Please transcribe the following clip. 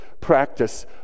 practice